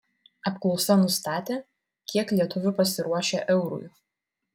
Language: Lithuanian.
apklausa nustatė kiek lietuvių pasiruošę eurui